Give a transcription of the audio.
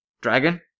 Dragon